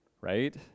right